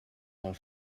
pel